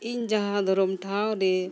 ᱤᱧ ᱡᱟᱦᱟᱸ ᱫᱷᱚᱨᱚᱢ ᱴᱷᱟᱶ ᱨᱮ